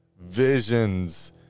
visions